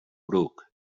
bruc